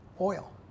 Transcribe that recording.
Oil